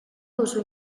duzu